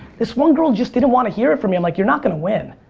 this one girl just didn't want to hear it from me. i'm like, you're not going to win.